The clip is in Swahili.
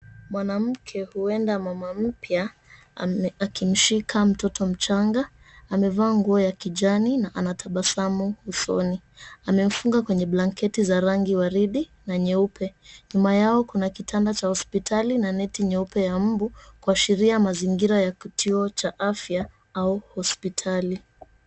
Mwanamke huenda mama mpya akimshika mtoto mchanga amevaa nguo ya kijani na anatabasamu usoni. Amemfunga kwenye blanketi za rangi waridi na nyeupe. Nyuma yao kuna kitanda cha hospitali na neti nyeupe ya mbu kuashiria mazingira ya kituo cha afya au hospitali.